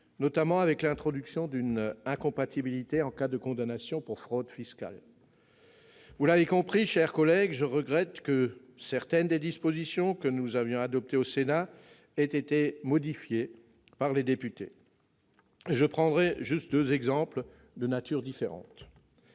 notamment l'introduction d'une incompatibilité en cas de condamnation pour fraude fiscale. Mes chers collègues, vous l'avez compris, je regrette que certaines des dispositions que nous avions adoptées aient été modifiées par les députés. J'en prendrai deux exemples, de nature différente.